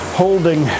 holding